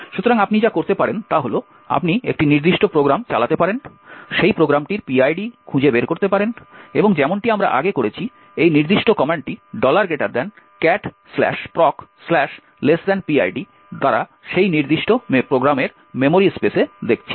সুতরাং আপনি যা করতে পারেন তা হল আপনি একটি নির্দিষ্ট প্রোগ্রাম চালাতে পারেন সেই প্রোগ্রামটির পিআইডি খুঁজে বের করতে পারেন এবং যেমনটি আমরা আগে করেছি এই নির্দিষ্ট কমান্ডটি cat procPID দ্বারা সেই নির্দিষ্ট প্রোগ্রামের মেমোরি স্পেস দেখেছি